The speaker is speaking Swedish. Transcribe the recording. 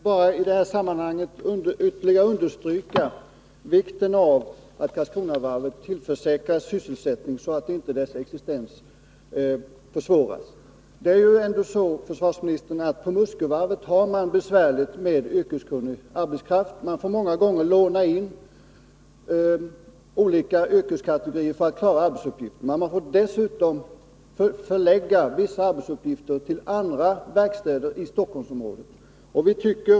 Herr talman! Jag vill bara ytterligare understryka vikten av att Karlskronavarvet tillförsäkras sysselsättning, så att inte dess existens försvåras. Det är ändå så, försvarsministern, att man på Muskövarvet har besvärligt när det gäller att få yrkeskunnig arbetskraft. Många gånger får man låna in olika yrkeskategorier för att klara arbetsuppgifterna och dessutom förlägga vissa arbetsuppgifter till andra verkstäder i Stockholmsområdet.